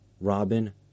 Robin